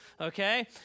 okay